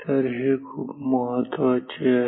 तर हे खूप महत्वाचे आहे